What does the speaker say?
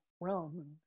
realm